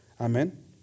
Amen